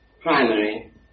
primary